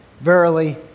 verily